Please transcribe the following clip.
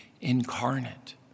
incarnate